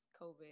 COVID